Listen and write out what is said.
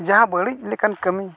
ᱡᱟᱦᱟᱸ ᱵᱟᱹᱲᱤᱡ ᱞᱮᱠᱟᱱ ᱠᱟᱹᱢᱤ